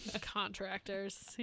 Contractors